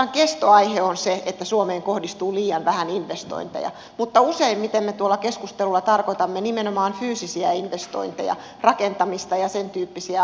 oikeastaan kestoaihe on se että suomeen kohdistuu liian vähän investointeja mutta useimmiten me tuolla keskustelulla tarkoitamme nimenomaan fyysisiä investointeja rakentamista ja sen tyyppisiä asioita